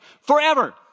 forever